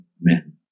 men